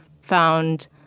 found